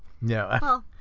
No